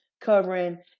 covering